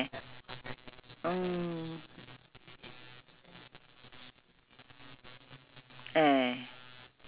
oh the the the the you can choose the size of the prawn is it ah oh that means